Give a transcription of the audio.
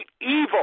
evil